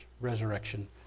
resurrection